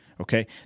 okay